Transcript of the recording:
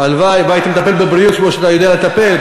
הלוואי שהיית מטפל בבריאות כמו שאתה יודע לטפל.